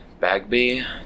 Bagby